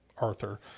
Arthur